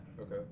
Okay